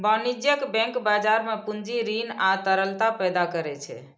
वाणिज्यिक बैंक बाजार मे पूंजी, ऋण आ तरलता पैदा करै छै